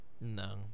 no